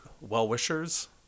well-wishers